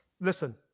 Listen